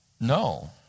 no